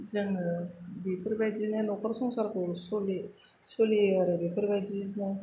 जोङो बिफोरबायदिनो नखर संसारखौ सलि सोलियो आरो बेफोरबायदिनो